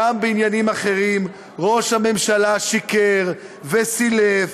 גם בעניינים אחרים ראש הממשלה שיקר וסילף,